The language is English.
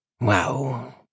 Wow